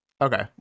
Okay